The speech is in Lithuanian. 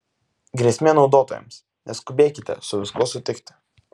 grėsmė naudotojams neskubėkite su viskuo sutikti